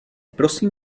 prosím